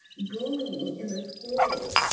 bullying in the schools.